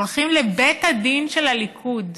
הולכים לבית הדין של הליכוד.